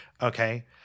Okay